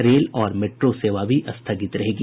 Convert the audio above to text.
rail और metro rail सेवा भी स्थगित रहेगी